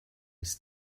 ist